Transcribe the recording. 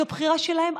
זו בחירה שלהם,